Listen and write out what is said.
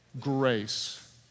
grace